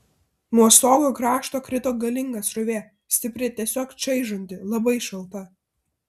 nuo stogo krašto krito galinga srovė stipri tiesiog čaižanti labai šalta